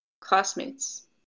Classmates